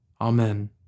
Amen